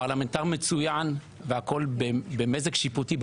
פרלמנטר מצוין והכול במזג שיפוטי,